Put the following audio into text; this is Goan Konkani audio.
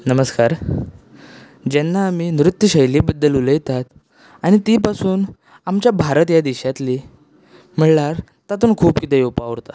नमस्कार जेन्ना आमी नृत्य शैली बद्दल उलयतात आनी ती पासून आमच्या भारत ह्या देशांतली म्हळ्यार तातूंत खूब कितें येवपा उरता